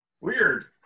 Weird